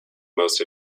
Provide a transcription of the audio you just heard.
most